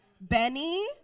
Benny